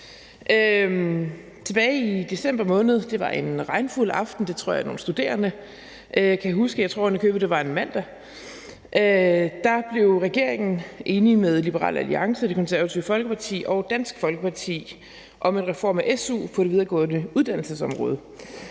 Tilbage i december måned, det var en regnfuld aften – det tror jeg nogle studerende kan huske – og jeg tror oven i købet det var en mandag, blev regeringen enig med Liberal Alliance, Det Konservative Folkeparti og Dansk Folkeparti om en reform af su på området for videregående uddannelse.